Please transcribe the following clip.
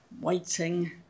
waiting